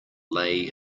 lay